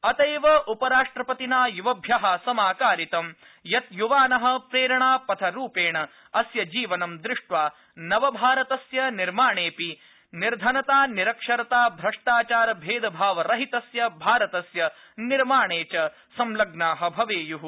अत एव उपराष्ट्रपतिना य्वभ्यः समाकारितं यत् युवानः प्रेरणापथरूपेण अस्यजीवनं दृष्टवा नवभारतस्य निर्माणे अपि च निर्धनता निरक्षरता भ्रष्टाचार भेदभावरहितस्य भारतस्य निर्माणे संग्लग्नाः भवेय्ः